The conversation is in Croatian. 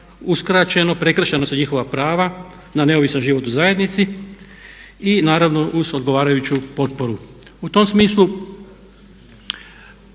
uskraćeno, prekršena su njihova prava na neovisan život u zajednici i naravno uz odgovarajuću potporu. U tom smislu